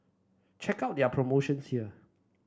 check out their promotion here